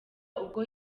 ubwo